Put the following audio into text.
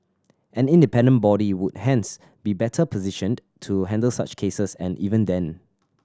an independent body would hence be better positioned to handle such cases and even then